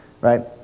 right